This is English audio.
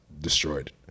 destroyed